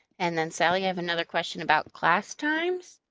and then sally, i have another question about class times,